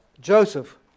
Joseph